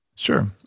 Sure